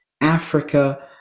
Africa